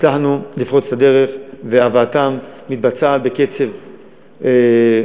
הצלחנו לפרוץ את הדרך, והבאתם מתבצעת בקצב טוב,